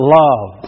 love